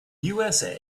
usa